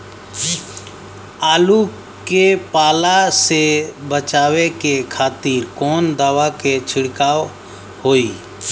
आलू के पाला से बचावे के खातिर कवन दवा के छिड़काव होई?